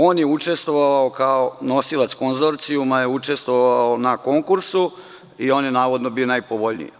On je učestvovao kao nosilac konzorcijuma na konkursu i on je navodno bio najpovoljniji.